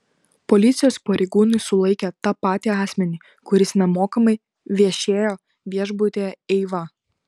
policijos pareigūnai sulaikė tą patį asmenį kuris nemokamai viešėjo viešbutyje eiva